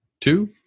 two